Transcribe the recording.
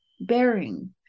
bearing